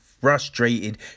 frustrated